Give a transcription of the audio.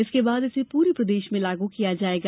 इसके बाद इसे पूरे प्रदेष में लागू किया जाएगा